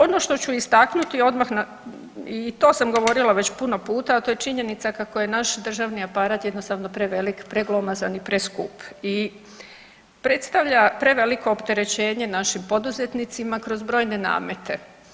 Ono što ću istaknuti i to sam već govorila puno puta, a to je činjenica kako je naš državni aparat jednostavno prevelik, preglomazan i preskup i predstavlja preveliko opterećenje našim poduzetnicima kroz brojne namete.